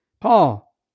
Paul